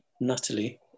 Natalie